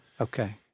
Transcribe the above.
Okay